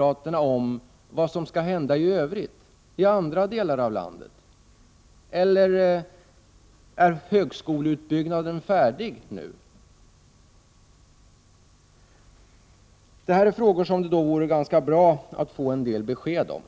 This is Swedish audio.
tankar om vad som i övrigt skall hända i andra delar av landet, eller är högskoleutbyggnaden färdig nu? Det vore ganska bra om det gick att få besked på dessa punkter.